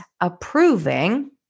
approving